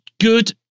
good